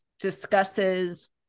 discusses